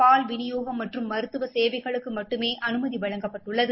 பால் விநியோகம் மற்றும் மருத்துவ சேவைகளுக்கு மட்டுமே அனுமதி வழங்கப்பட்டுள்ளது